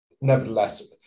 nevertheless